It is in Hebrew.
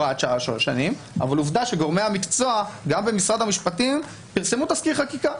אבל עובדה שגורמי המקצוע גם במשרד המשפטים פרסמו תזכיר חקיקה,